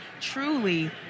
truly